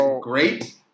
great